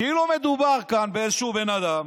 כאילו מדובר כאן באיזשהו בן אדם